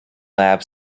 lab